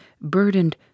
burdened